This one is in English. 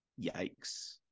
yikes